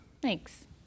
Thanks